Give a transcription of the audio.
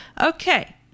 Okay